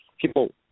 people